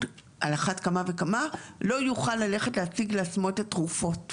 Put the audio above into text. וכמה ימים הוא צריך לספק לו את התכשירים.